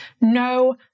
no